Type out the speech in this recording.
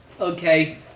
Okay